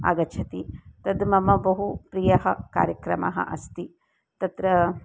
आगच्छति तद् मम बहु प्रियः कार्यक्रमः अस्ति तत्र